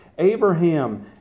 Abraham